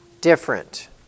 different